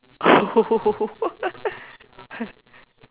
oh